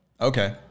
Okay